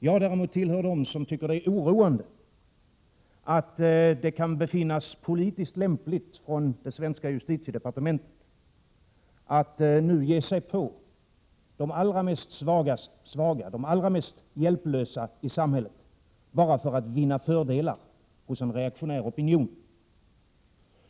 Jag däremot tillhör dem som tycker att det är oroande att det kan befinnas politiskt lämpligt från det svenska justitiedepartementet att nu ge sig på de allra svagaste och de allra mest hjälplösa i samhället bara för att vinna fördelar hos en reaktionär opinion.